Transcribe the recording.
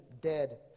dead